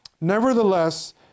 Nevertheless